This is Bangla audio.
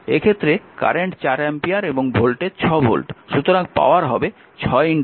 এক্ষেত্রে কারেন্ট 4 অ্যাম্পিয়ার এবং ভোল্টেজ 6 ভোল্ট